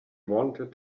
wanted